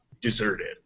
deserted